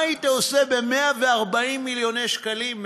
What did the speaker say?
מה היית עושה ב-140 מיליוני שקלים?